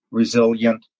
resilient